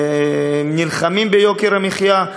נלחמים ביוקר המחיה,